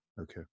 Okay